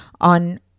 on